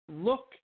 Look